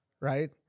Right